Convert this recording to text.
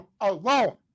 alone